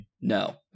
No